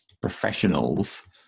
professionals